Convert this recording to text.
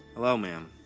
hello ma'am,